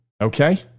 okay